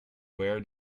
where